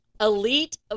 Elite